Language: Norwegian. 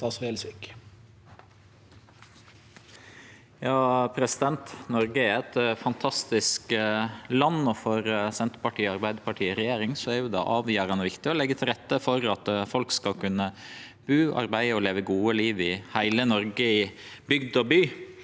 Noreg er eit fantastisk land, og for Senterpartiet og Arbeidarpartiet i regjering er det avgjerande viktig å leggje til rette for at folk skal kunne bu, arbeide og leve eit godt liv i heile Noreg, i bygd og by.